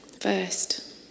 first